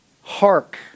Hark